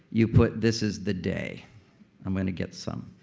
you put, this is the day i'm gonna get some.